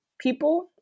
people